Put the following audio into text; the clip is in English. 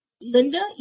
Linda